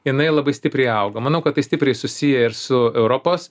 jinai labai stipriai augo manau kad tai stipriai susiję ir su europos